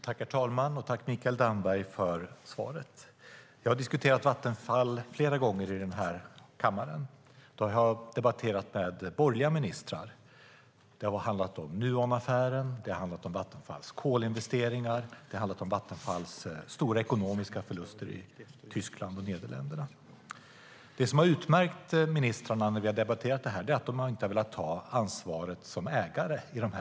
Herr talman! Tack, Mikael Damberg, för svaret! Det som har utmärkt ministrarna när vi har debatterat detta är att de inte har velat ta ansvaret som ägare.